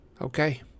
Okay